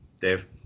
Dave